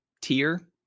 tier